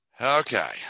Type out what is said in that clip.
Okay